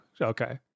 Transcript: okay